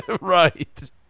Right